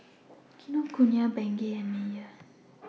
Kinokuniya Bengay and Mayer